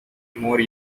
more